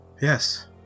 Yes